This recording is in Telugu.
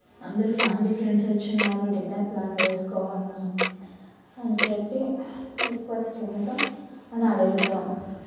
అందరూ ఫ్యామిలీ ఫ్రెండ్స్ వచ్చి ఉన్నారు డిన్నర్ ప్లాన్ చేసుకున్నాం అని చెప్పి రిక్వస్టింగ్గా అని అడుగుతాం